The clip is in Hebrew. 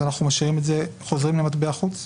אז אנחנו חוזרים למטבע חוץ?